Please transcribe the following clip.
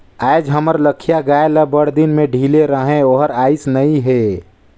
आयज हमर लखिया गाय ल बड़दिन में ढिले रहें ओहर आइस नई हे